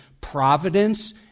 providence